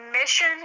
mission